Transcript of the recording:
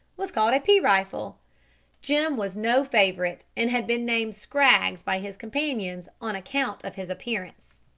was called a pea-rifle. jim was no favourite, and had been named scraggs by his companions on account of his appearance.